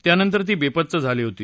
त्यानंतर ती वेपत्ता झाली होती